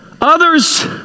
Others